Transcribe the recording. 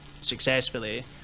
successfully